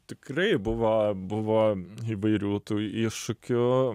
tikrai buvo buvo įvairių tų iššūkių